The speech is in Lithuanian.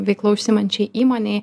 veikla užsiimančiai įmonei